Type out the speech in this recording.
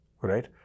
Right